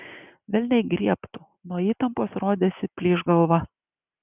velniai griebtų nuo įtampos rodėsi plyš galva